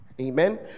Amen